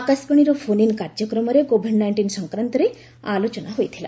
ଆକାଶବାଣୀର ଫୋନ୍ଇନ୍ କାର୍ଯ୍ୟକ୍ରମରେ COVID nineteen ସଂକ୍ରାନ୍ତରେ ଆଲୋଚନା ହୋଇଥିଲା